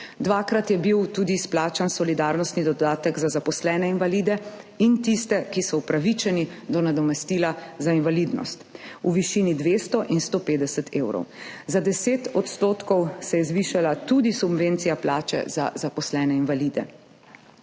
dvakrat je bil tudi izplačan solidarnostni dodatek za zaposlene invalide in tiste, ki so upravičeni do nadomestila za invalidnost, v višini 200 in 150 evrov, za 10 % se je zvišala tudi subvencija plače za zaposlene invalide.